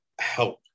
help